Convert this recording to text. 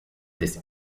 this